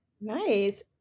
Nice